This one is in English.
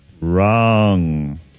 wrong